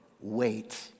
wait